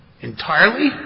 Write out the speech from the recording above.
Entirely